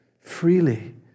freely